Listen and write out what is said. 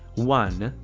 one.